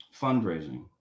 fundraising